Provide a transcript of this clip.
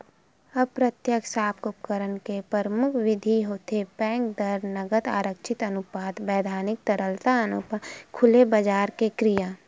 अप्रत्यक्छ साख उपकरन के परमुख बिधि होथे बेंक दर, नगद आरक्छित अनुपात, बैधानिक तरलता अनुपात, खुलेबजार के क्रिया